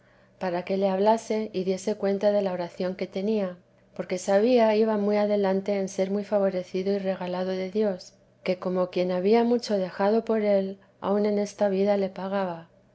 para que le hablase y diese cuenta de la oración que tenía porque sabía iba muy adelante en ser muy favorecido y regalado de dios que como quien había mucho dejado por él aun en esta vida le pagaba